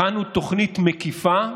הכנו תוכנית מקיפה,